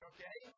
Okay